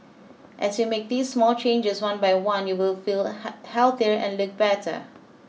as you make these small changes one by one you will feel healthier and look better